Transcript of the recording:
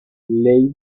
ley